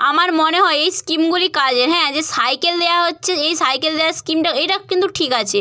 আমার মনে হয় এই স্কিমগুলি কাজের হ্যাঁ যে সাইকেল দেওয়া হচ্ছে এই সাইকেল দেওয়ার স্কিমটাও এটা কিন্তু ঠিক আছে